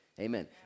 amen